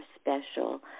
special